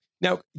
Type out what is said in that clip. Now